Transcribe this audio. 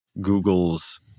Google's